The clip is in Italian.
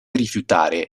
rifiutare